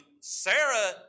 Sarah